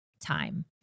time